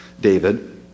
David